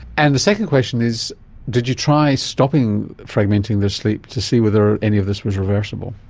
and the second question is did you try stopping fragmenting their sleep to see whether any of this was reversible?